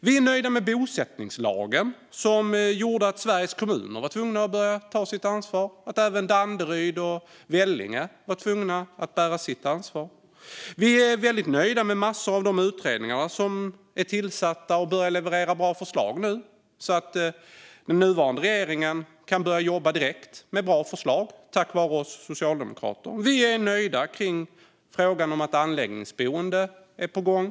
Vi är nöjda med bosättningslagen som gjorde att Sveriges kommuner var tvungna att börja ta sitt ansvar - att även Danderyd och Vellinge var tvungna att ta sitt ansvar. Vi är väldigt nöjda med massor av de utredningar som är tillsatta och som nu börjar leverera bra förslag, så att den nuvarande regeringen kan börja jobba direkt med bra förslag tack vare oss socialdemokrater. Vi är nöjda när det gäller frågan om att anläggningsboenden är på gång.